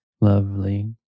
Lovely